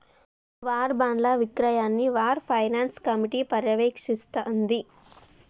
war బాండ్ల విక్రయాన్ని war finance committee పర్యవేక్షిస్తాంది